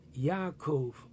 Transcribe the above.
Yaakov